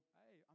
hey